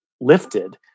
lifted